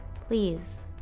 please